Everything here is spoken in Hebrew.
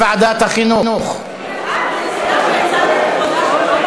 כבודה של מפלגת העבודה.